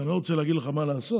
ואני לא רוצה להגיד לך מה לעשות,